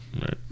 right